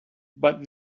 but